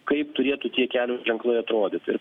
kaip turėtų tie kelio ženklai atrodyt ir